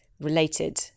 related